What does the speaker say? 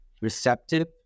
receptive